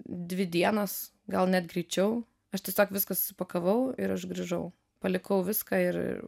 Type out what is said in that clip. dvi dienas gal net greičiau aš tiesiog viską susipakavau ir aš grįžau palikau viską ir